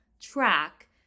track